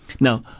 Now